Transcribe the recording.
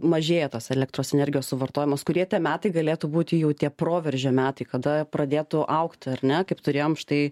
mažėja tos elektros energijos suvartojimas kurie tie metai galėtų būti jau tie proveržio metai kada pradėtų augti ar ne kaip turėjom štai